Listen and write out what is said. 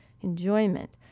enjoyment